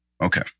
Okay